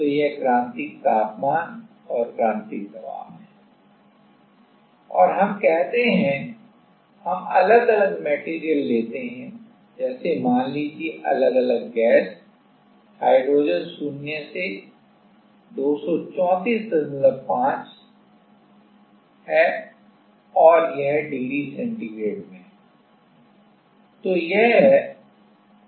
तो यह क्रांतिक तापमान और क्रांतिक दबाव है और हम कहते हैं हम अलग अलग मैटेरियल लेते हैं जैसे मान लीजिए अलग अलग गैस हाइड्रोजन शून्य से 234 5 है और यह डिग्री सेंटीग्रेड में है